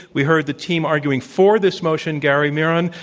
we heard the team arguing for this motion, gary miron,